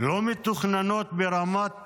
לא מתוכננות ברמת